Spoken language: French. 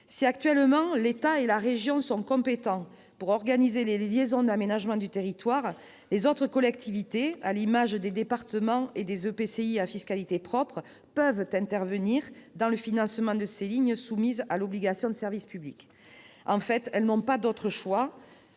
Si, actuellement, l'État et la région sont compétents pour organiser les liaisons d'aménagement du territoire, les autres collectivités, à l'image des départements et des EPCI à fiscalité propre, peuvent intervenir dans le financement de ces lignes soumises à une obligation de service public. En fait, elles n'ont pas d'autres choix,